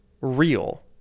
real